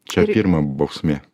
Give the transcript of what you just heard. čia pirma bausmė